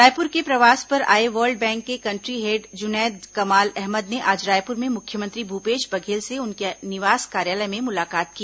रायपुर के प्रवास पर आए वर्ल्ड बैंक के कंट्री हेड जुनैद कमाल अहमद ने आज रायपुर में मुख्यमंत्री भूपेश बघेल से उनके निवास कार्यालय में मुलाकात की